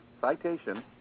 citation